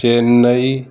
Chennai